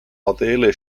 adele